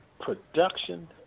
production